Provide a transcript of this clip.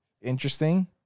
Interesting